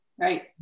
Right